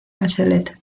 bachelet